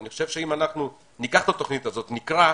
אני חושב שאם ניקח את התוכנית הזו ונקרא,